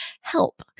Help